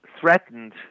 threatened